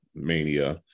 mania